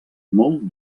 molt